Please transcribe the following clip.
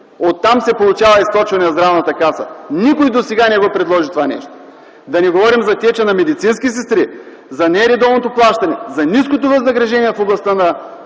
Оттам се получава източване на Здравната каса. Никой досега не го предложи това нещо. Да не говорим за теча на медицински сестри, за нередовното плащане, за ниското възнаграждение в областта на